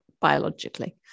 biologically